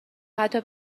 حتی